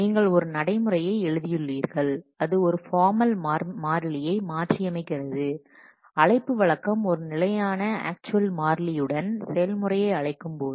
நீங்கள் ஒரு நடைமுறையை எழுதியுள்ளீர்கள் அது ஒரு ஃபார்மல் மாறிலியை மாற்றியமைக்கிறது அழைப்பு வழக்கம் ஒரு நிலையான ஆக்சுவல் மாறிலியுடன் செயல்முறையை அழைக்கும் போது